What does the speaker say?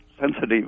sensitive